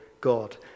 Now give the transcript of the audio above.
God